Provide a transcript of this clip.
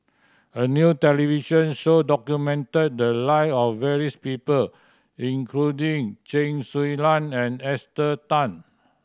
a new television show documented the live of various people including Chen Su Lan and Esther Tan